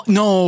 no